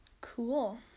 Cool